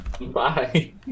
Bye